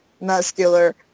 muscular